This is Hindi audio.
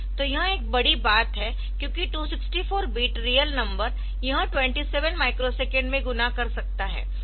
तो यह एक बड़ी बात है क्योंकि 264 बिट रियल नंबर यह 27 माइक्रोसेकंड में गुणा कर सकता है